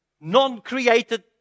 non-created